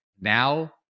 now